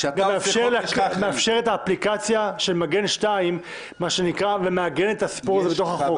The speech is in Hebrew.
את האפליקציה של מגן 2 ומעגן את --- בתוך החוק.